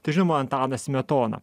tai žinoma antanas smetona